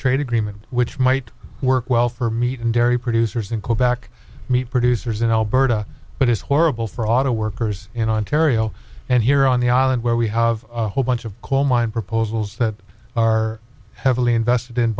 trade agreement which might work well for meat and dairy producers and co back meat producers in alberta but it's horrible for auto workers in ontario and here on the island where we have a whole bunch of coal mine proposals that are heavily invested in